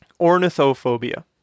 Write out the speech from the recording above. Ornithophobia